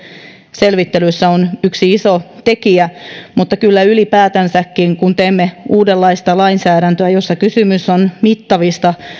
selvittelyssä on yksi iso tekijä mutta kyllä ylipäätänsäkin kun teemme uudenlaista lainsäädäntöä jossa kysymys on mittavista